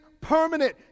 permanent